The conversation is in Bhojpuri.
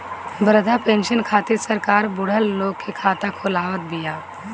वृद्धा पेंसन खातिर सरकार बुढ़उ लोग के खाता खोलवावत बिया